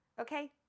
Okay